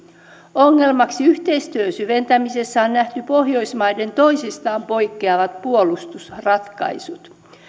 ongelmaksi yhteistyön syventämisessä on nähty pohjoismaiden toisistaan poikkeavat puolustusratkaisut